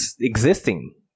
existing